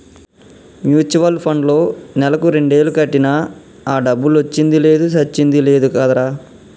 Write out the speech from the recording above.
mutual పండ్లో నెలకు రెండేలు కట్టినా ఆ డబ్బులొచ్చింది లేదు సచ్చింది లేదు కదరా